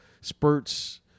spurts